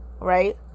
Right